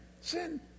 Sin